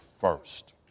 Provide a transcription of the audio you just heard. first